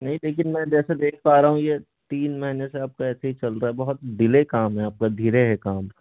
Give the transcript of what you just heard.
नहीं लेकिन मैं जैसे देख पा रहा हूँ ये तीन महीने से आपका ऐसे ही चलता है बहुत डिले काम है आपका धीरे है काम